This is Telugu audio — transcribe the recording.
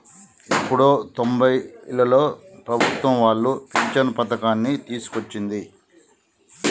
ఎప్పుడో తొంబైలలో ప్రభుత్వం వాళ్లు పించను పథకాన్ని తీసుకొచ్చింది